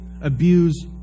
abuse